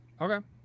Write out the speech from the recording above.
Okay